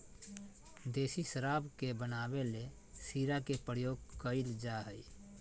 देसी शराब के बनावे ले शीरा के प्रयोग कइल जा हइ